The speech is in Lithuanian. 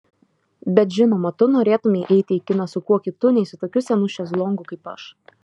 bet žinoma tu norėtumei eiti į kiną su kuo kitu nei su tokiu senu šezlongu kaip aš